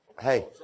Hey